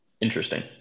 Interesting